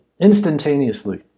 instantaneously